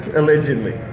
allegedly